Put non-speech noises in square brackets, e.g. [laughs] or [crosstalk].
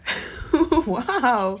[laughs] !wow!